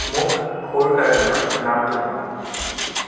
মোক সুৰকাৰজনৰ নামটো কোৱা